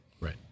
Right